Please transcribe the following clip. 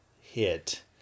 hit